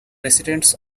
residents